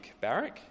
Barak